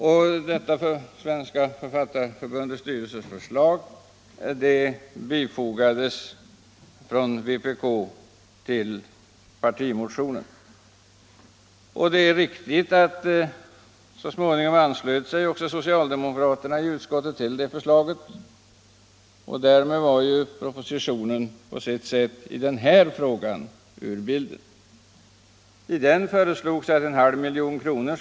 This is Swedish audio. Sveriges författarförbunds styrelses förslag bifogades vpk:s partimotion. Så småningom anslöt sig också socialdemokraterna i utskottet till det förslaget, och därmed var propositionen i den här frågan ur bilden. I propositionen föreslogs att 500 000 kr.